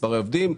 מספרי עובדים,